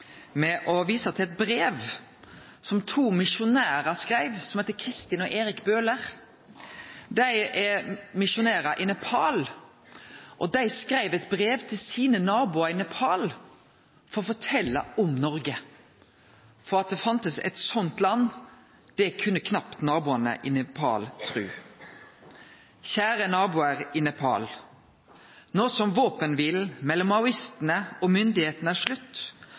ved å vise til eit brev som to misjonærar, som heiter Kristin og Erik Bøhler, har skrive. Dei er misjonærar i Nepal, og dei skreiv eit brev til sine naboar i Nepal for å fortelje om Noreg. For at det fanst eit slikt land, kunne naboane i Nepal knapt tru. «Kjære naboer i Nepal Nå som våpenhvilen mellom maoistene og myndighetene er slutt,